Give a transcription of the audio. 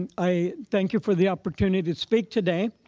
i thank you for the opportunity to speak today.